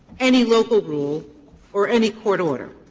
any local rule or any court order.